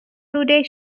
today